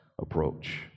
approach